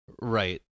right